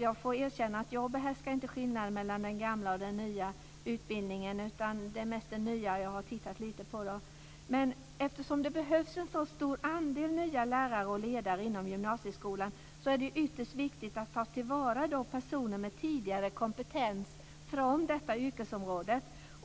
Jag får erkänna att jag inte behärskar skillnaden mellan den gamla och den nya utbildningen. Det är mest den nya som jag har tittat lite på. Eftersom det behövs en så stor andel nya lärare och ledare inom gymnasieskolan är det ytterst viktigt att ta till vara personer med tidigare kompetens från detta yrkesområde.